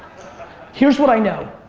here's what i know.